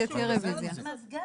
תהיה רביזיה.